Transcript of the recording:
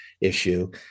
issue